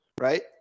Right